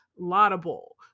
laudable